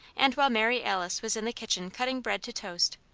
and while mary alice was in the kitchen cutting bread to toast,